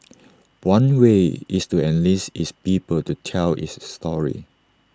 one way is to enlist its people to tell its story